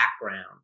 background